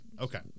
Okay